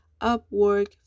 upwork